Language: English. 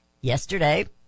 yesterday